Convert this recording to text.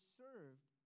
served